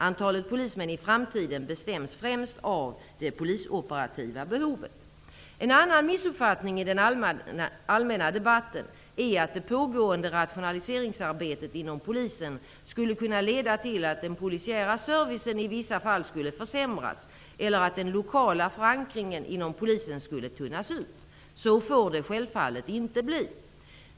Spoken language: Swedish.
Antalet polismän i framtiden bestäms främst av det polisoperativa behovet. En annan missuppfattning i den allmänna debatten är att det pågående rationaliseringsarbetet inom polisen skulle kunna leda till att den polisiära servicen i vissa fall skulle försämras eller att den lokala förankringen inom polisen skulle tunnas ut. Så får det självfallet inte bli.